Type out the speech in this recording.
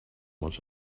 much